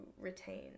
retain